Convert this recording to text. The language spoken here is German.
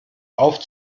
auf